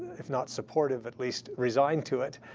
if not supportive, at least resigned to it,